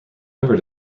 liver